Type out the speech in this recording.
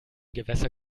gewässer